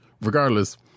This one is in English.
regardless